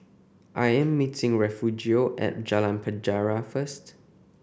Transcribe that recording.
I am meeting Refugio at Jalan Penjara first